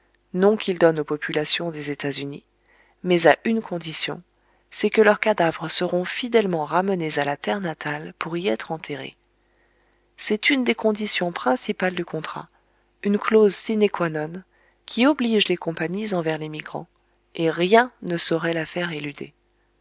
nom qu'ils donnent aux populations des états-unis mais à une condition c'est que leurs cadavres seront fidèlement ramenés à la terre natale pour y être enterrés c'est une des conditions principales du contrat une clause sine qua non qui oblige les compagnies envers l'émigrant et rien ne saurait la faire